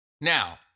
now